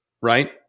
Right